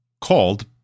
called